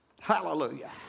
Hallelujah